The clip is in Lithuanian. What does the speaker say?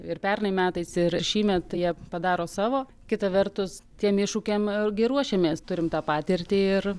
ir pernai metais ir šįmet jie padaro savo kita vertus tiem iššūkiam gi ruošiamės turim tą patirtį ir